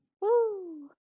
Woo